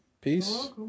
Peace